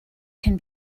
can